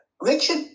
Richard